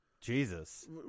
Jesus